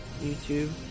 YouTube